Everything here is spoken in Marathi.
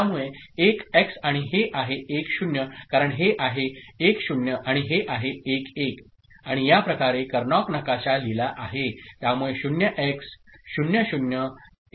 त्यामुळे1एक्सआणिहेआहे10कारणहेआहे1 0आणिहेआहे11 आणिया प्रकारे Karnaugh नकाशा लिहिला आहे त्यामुळे 0 X 0 0 1 X 1 0